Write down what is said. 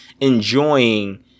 enjoying